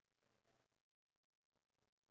ya true